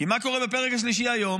מה קורה בפרק השלישי, היום?